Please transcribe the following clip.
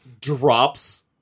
drops